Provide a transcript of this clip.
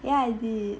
ya I did